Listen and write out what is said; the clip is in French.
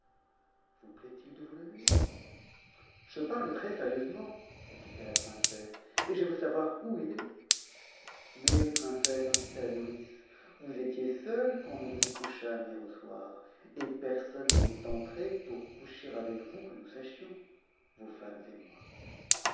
vous plaît-il de vous lever je p très sërieusement répliqua la princesse et je veux savoir où il est mais princesse insista la nourrice vous étiez seule quand nous vou couchâmes hier au soir et personne n'est entré pour coucher avec vct's que nous sachions vos femmes et moi